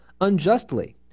unjustly